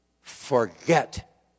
forget